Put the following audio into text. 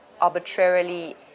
arbitrarily